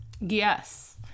Yes